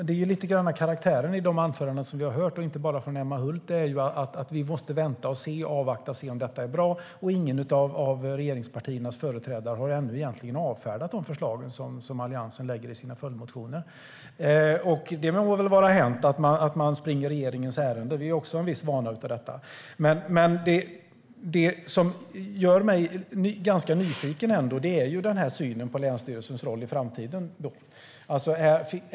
Fru talman! Karaktären i de anföranden vi har hört, inte bara från Emma Hult, är lite grann att vi måste vänta, avvakta och se om detta är bra. Ingen av regeringspartiernas företrädare har ännu egentligen avfärdat de förslag som Alliansen lägger fram i sina följdmotioner. Det må väl vara hänt att man springer regeringens ärende; vi har också en viss vana av detta. Men det som ändå gör mig ganska nyfiken är denna syn på länsstyrelsens roll i framtiden.